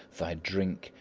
thy drink,